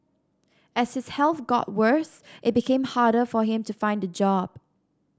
as his health got worse it became harder for him to find a job